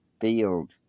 field